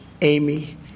Amy